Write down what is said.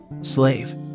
Slave